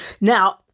Now